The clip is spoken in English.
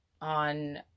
on